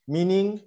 Meaning